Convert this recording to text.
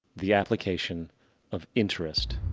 the application of interest.